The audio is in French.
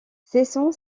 cesson